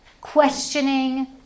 questioning